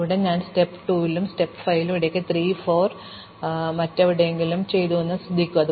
അതിനാൽ ഇവിടെ ഞാൻ സ്റ്റെപ്പ് 2 ലും ഇടത് സ്റ്റെപ്പ് 5 ലും ഇടയ്ക്കിടെ 3 ഉം 4 ഉം മറ്റെവിടെയെങ്കിലും ചെയ്തുവെന്ന് ശ്രദ്ധിക്കുക